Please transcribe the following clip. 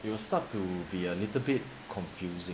you will start to be a little bit confusing